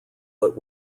but